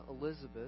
Elizabeth